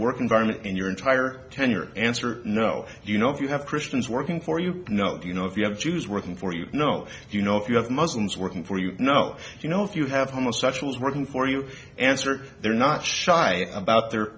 work environment in your entire tenure answer no you know if you have christians working for you know you know if you have jews working for you know you know if you have muslims working for you know you know if you have homosexuals working for you answer they're not shy about their